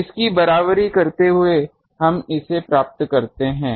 इसलिए इसकी बराबरी करते हुए हम इसे प्राप्त करते हैं